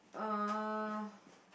uh